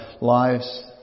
lives